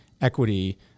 equity